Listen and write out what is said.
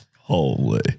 Holy